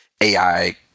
AI